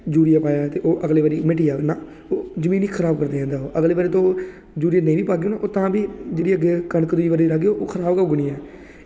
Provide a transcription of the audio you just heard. urea पाया ते ओह् अगले बारी मिटी जाह्ग ना जमीन गी खराब करदा जंदा ओह् अगली बारी यूरिया नेईं हबी पागे ओह् तां बी ओह् जेह्ड़ी कनक दूई बारी लागे ओह् खराब होई जानी